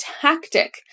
tactic